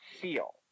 feel